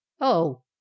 Oh